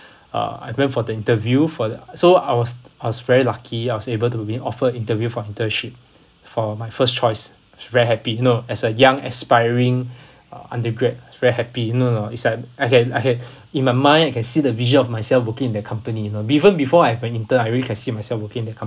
uh I went for the interview for the so I was I was very lucky I was able to win offer interview for internship for my first choice I was very happy you know as a young aspiring uh undergrad I was very happy you know or not it's like I can I can in my mind I can see the vision of myself working in the company you know even before I went intern I already can see myself working in the